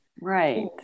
Right